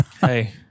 hey